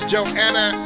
Joanna